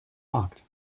markt